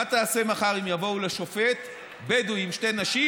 מה תעשה מחר אם יבואו לשופט בדואי עם שתי נשים